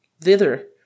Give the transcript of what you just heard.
Thither